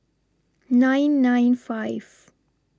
nine nine five